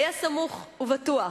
היה סמוך ובטוח,